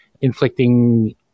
inflicting